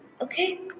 Okay